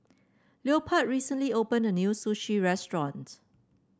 Leopold recently opened a new Sushi Restaurant